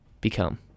become